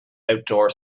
outdoor